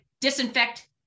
disinfect